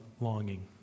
longing